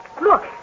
Look